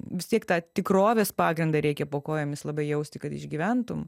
vis tiek tą tikrovės pagrindą reikia po kojomis labai jausti kad išgyventum